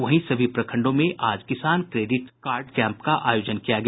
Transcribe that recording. वहीं सभी प्रखंडों में आज किसान क्रेडिट कार्ड कैंप का आयोजन किया गया